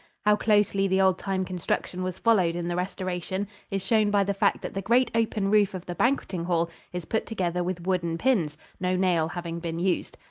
how closely the old-time construction was followed in the restoration is shown by the fact that the great open roof of the banqueting hall is put together with wooden pins, no nail having been used.